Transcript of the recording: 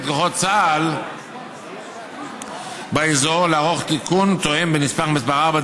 כוחות צה"ל באזור לערוך תיקון תואם בין נספח מס' 4,